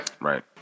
Right